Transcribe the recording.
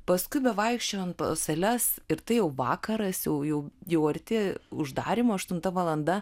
paskui bevaikščiojant po sales ir tai vakaras jau jau jau arti uždarymo aštunta valanda